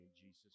Jesus